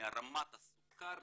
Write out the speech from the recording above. מרמת הסוכר,